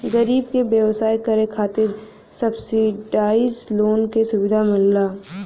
गरीब क व्यवसाय करे खातिर सब्सिडाइज लोन क सुविधा मिलला